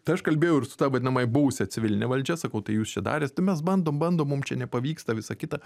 tai aš kalbėjau ir su ta vadinama buvusia civiline valdžia sakau tai jūs čia darėt tai mes bandom bandom mum čia nepavyksta visa kita